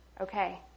okay